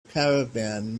caravan